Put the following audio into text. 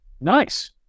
Nice